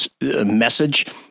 message